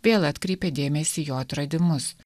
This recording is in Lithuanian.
vėl atkreipė dėmesį į jo atradimus